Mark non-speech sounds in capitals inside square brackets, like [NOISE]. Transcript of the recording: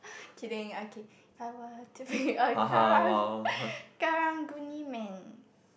[BREATH] kidding okay I want to be a karang [LAUGHS] karang-guni man